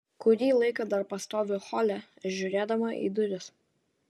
kurį laiką dar pastoviu hole žiūrėdama į duris